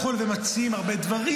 וכו' וכו' ומציעים הרבה דברים,